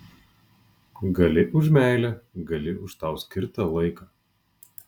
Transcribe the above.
gali už meilę gali už tau skirtą laiką